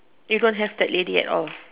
you don't have that lady at all